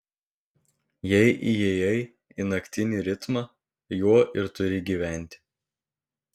jei įėjai į naktinį ritmą juo ir turi gyventi